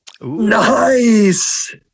Nice